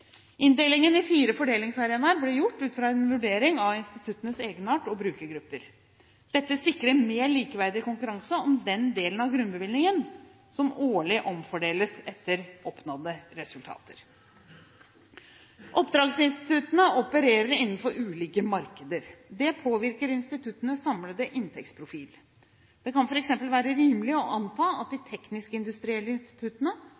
Inndelingen i fire fordelingsarenaer ble gjort ut fra en vurdering av instituttenes egenart og brukergrupper. Dette sikrer mer likeverdig konkurranse om den delen av grunnbevilgningen som årlig omfordeles etter oppnådde resultater. Oppdragsinstituttene opererer innenfor ulike markeder. Det påvirker instituttenes samlede inntektsprofil. Det kan f.eks. være rimelig å anta at de teknisk-industrielle instituttene